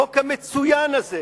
החוק המצוין הזה